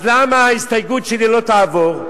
אז למה ההסתייגות שלי לא תעבור?